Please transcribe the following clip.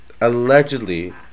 Allegedly